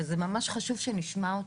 זה ממש חשוב שנשמע אותו.